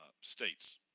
states